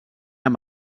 amb